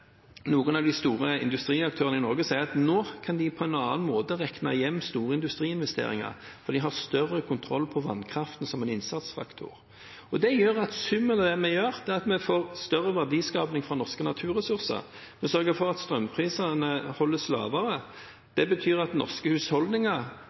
noen av de store industriaktørene i Norge sier at nå kan de på en annen måte regne hjem store industriinvesteringer, for de har større kontroll over vannkraften som en innsatsfaktor. Summen av det vi gjør, er at vi får større verdiskaping for norske naturressurser. Vi sørger for at strømprisene holdes lavere.